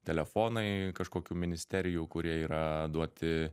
telefonai kažkokių ministerijų kurie yra duoti